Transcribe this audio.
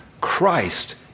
Christ